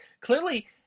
clearly